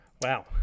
Wow